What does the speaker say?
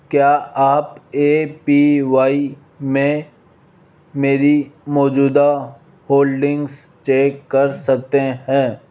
क्या आप A P Y में मेरी मौजूदा होल्डिंग्स चेक कर सकते हैं